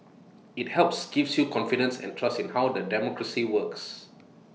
IT helps gives you confidence and trust in how the democracy works